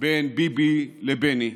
בין ביבי לבני,